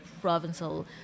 provincial